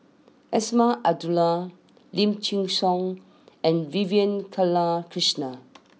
Azman Abdullah Lim Chin Siong and Vivian Balakrishnan